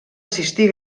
assistir